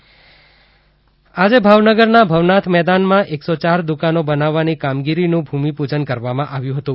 ભવનાથ ભૂમિપૂજન આજે ભાવનગરના ભવનાથ મેદાનમાં એક સો ચાર દુકાનો બનાવવાની કામગીરીનું ભૂમિપૂજન કરવામાં આવ્યું હતું